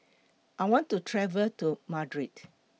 I want to travel to Madrid